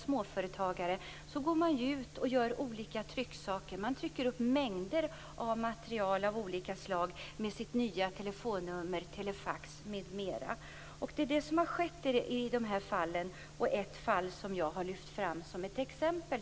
Småföretagare går ju ut med olika trycksaker. En mängd olika material trycks således upp med det nya telefonnumret, telefaxnumret osv. Det är också vad som skett i de här fallen. Ett fall har jag lyft fram som ett exempel.